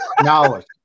knowledge